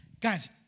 guys